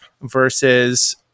versus